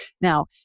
Now